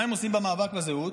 מה הם עושים במאבק לזהות?